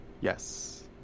Yes